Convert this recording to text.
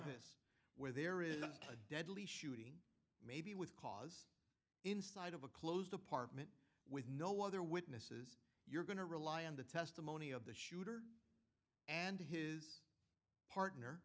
where there is a deadly shoot maybe with caught inside of a closed apartment with no other witnesses you're going to rely on the testimony of the shooter and his partner